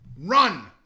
run